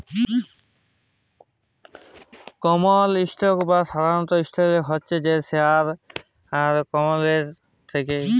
কমল stock বা সাধারল stock হছে সেই শেয়ারট যেট ইকট কমপালির ইসটককে বুঝায়